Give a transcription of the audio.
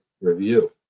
review